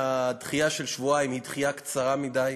הדחייה של שבועיים במגזר הפרטי היא קצרה מדי.